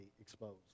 exposed